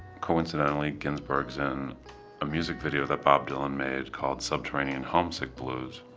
coincidentally ginsberg is in a music video that bob dylan made called subterranean homesick blues.